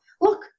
look